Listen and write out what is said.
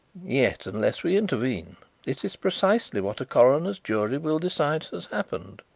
yet unless we intervene it is precisely what a coroner's jury will decide has happened.